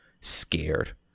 scared